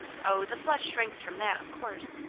oh, the flesh shrinks from that, of course.